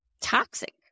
toxic